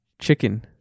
Chicken